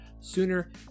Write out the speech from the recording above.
sooner